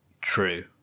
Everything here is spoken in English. true